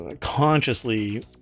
consciously